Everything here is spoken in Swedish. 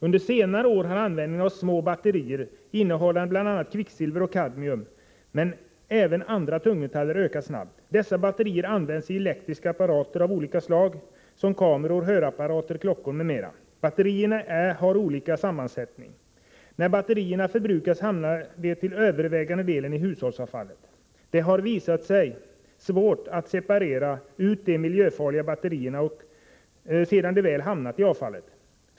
Under senare år har användningen av små batterier innehållande bl.a. kvicksilver och kadmium, men även andra tungmetaller, ökat snabbt. Dessa batterier används i elektriska apparater av olika slag som kameror, hörapparater, klockor m.m. Batterierna har olika sammansättning. När batterierna förbrukats hamnar de till övervägande delen i hushållsavfallet. Det har visat sig svårt att separera ut de miljöfarliga batterierna sedan de väl hamnat i avfallet.